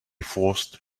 forced